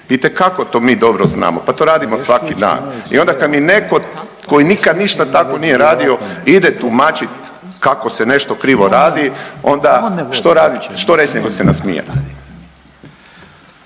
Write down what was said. Itekako mi to dobro znamo, pa to radimo svaki dan i onda kad mi neko koji nikad ništa takvo nije radio ide tumačiti kako se nešto krivo radit onda što reći nego se nasmijati.